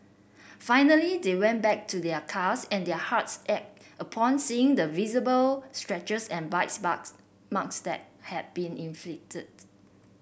finally they went back to their cars and their hearts ached upon seeing the visible scratches and bite marks marks that had been inflicted